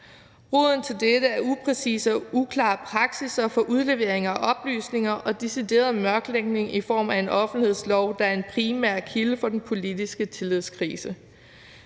Roden til dette er upræcise og uklare praksisser for udlevering af oplysninger og decideret mørklægning i form af en offentlighedslov, der har bidraget til den politiske tillidskrise.